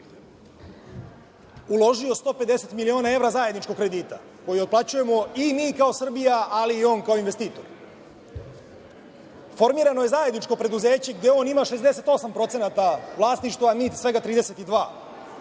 uložio 150 miliona evra zajedničkog kredita koji otplaćujemo i mi kao Srbija, ali i on kao investitor. Formirano je zajedničko preduzeće gde on ima 68% vlasništva, a mi svega 32%